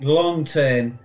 long-term